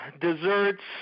desserts